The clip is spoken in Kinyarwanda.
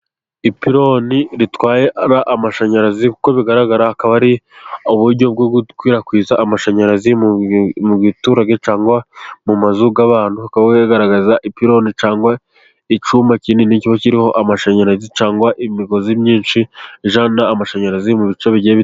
Ipironi itwaye amashanyarazi kuko bigaragara, akaba ari uburyo bwo gukwirakwiza amashanyarazi mu giturage cyangwa mu mazu y'abantu. Hakaba hagaragaza ipironi cyangwa icyuma kinini, kiba kiriho amashanyarazi cyangwa imigozi myinshi, ijyana amashanyarazi mu bice bigiye bitandukanye.